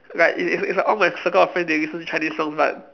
like it's it's all my circle of friend they listen to Chinese songs but